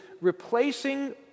replacing